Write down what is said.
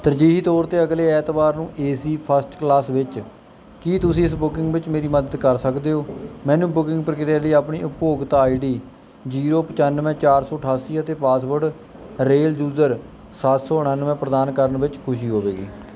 ਤਰਜੀਹੀ ਤੌਰ 'ਤੇ ਅਗਲੇ ਐਤਵਾਰ ਨੂੰ ਏਸੀ ਫਸਟ ਕਲਾਸ ਵਿੱਚ ਕੀ ਤੁਸੀਂ ਇਸ ਬੁਕਿੰਗ ਵਿੱਚ ਮੇਰੀ ਮਦਦ ਕਰ ਸਕਦੇ ਹੋ ਮੈਨੂੰ ਬੁਕਿੰਗ ਪ੍ਰਕਿਰਿਆ ਲਈ ਆਪਣੀ ਉਪਭੋਗਤਾ ਆਈਡੀ ਜ਼ੀਰੋ ਪਚਾਨਵੇਂ ਚਾਰ ਸੌ ਅਠਾਸੀ ਅਤੇ ਪਾਸਵਰਡ ਰੇਲ ਯੂਜ਼ਰ ਸੱਤ ਸੌ ਉਨਾਨਵੇਂ ਪ੍ਰਦਾਨ ਕਰਨ ਵਿੱਚ ਖੁਸ਼ੀ ਹੋਵੇਗੀ